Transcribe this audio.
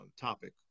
topic